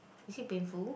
is it painful